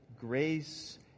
grace